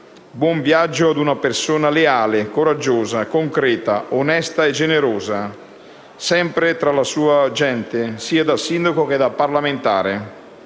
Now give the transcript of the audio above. buon viaggio ad una persona leale, coraggiosa, concreta, onesta e generosa, sempre tra la sua gente, sia da sindaco che da parlamentare,